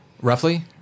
roughly